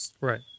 Right